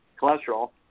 cholesterol